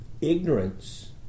Ignorance